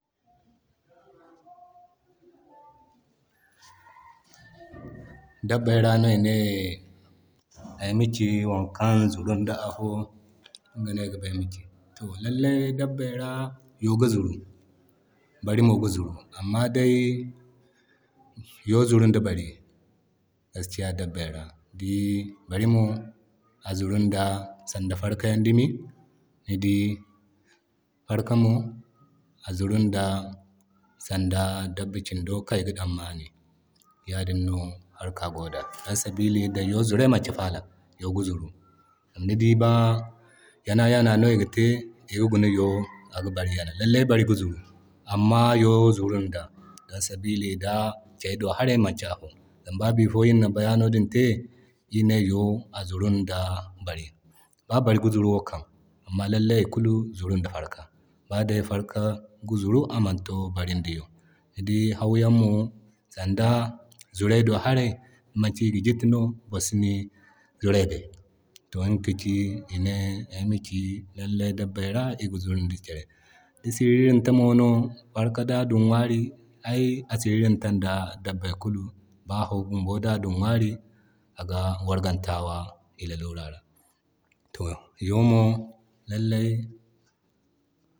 Dabbey ra no ine ayma ci wonkan zurun da fo iga no aiga ba ayma ci. To lallai dabbey ra Yoo ga zuru, Bari mo ga zuru. Amma dai Yoo ga zuru da Bari, gaskiya Dabbey ra day Bari mo a zurun da Farkayan dumi. Ni dii farka mo azurun da sanda dabba cindo matakan ayga sammani ya din no harka go da. Don sabili da Yoo zuray manki fala, Yoo ga zuru, zama ni di ba yana-yana no iga te iga guna Yoo aga Bari yana. Lallai Bari aga zuru amma Yoo zurun da don sabilin key do hara manti a fo. Zama ba biifo iri na bayano din te, iri ne Yoo zurun da Bari, ba Bari ga zuru wo kay amma lallay ikulu zurun da Farka. Ba dai Farka ga zuru to amanto Bari ŋda Yoo. Ni dii Hau yaŋ mo sanda zuray do ha ray dimanci ini jiti no borsi i zuray bay. To iŋga ka ci ine ayma ci lallay dabbey ra iga zurun da kere. Di shiririta mono farka da du ŋwari aga ai a shiriritan da dabbey kulu da afo mo da du ŋwari aga wargantawa i lalura ra. To Yoo mo lallai.